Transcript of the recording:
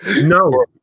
No